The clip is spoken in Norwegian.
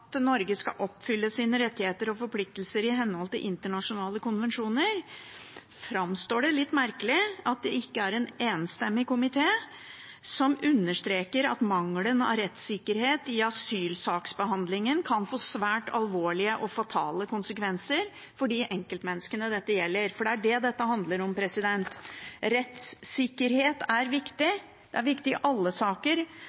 at Norge skal «ivareta de rettigheter og forpliktelser Norge har i henhold til internasjonale konvensjoner», framstår det litt merkelig at det ikke er en enstemmig komité som understreker at «manglende rettssikkerhet i asylsaksbehandlingen kan få svært alvorlige og fatale konsekvenser for de enkeltmenneskene disse sakene gjelder», for det er det dette handler om. Rettssikkerhet er